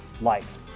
life